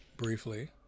briefly